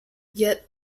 yet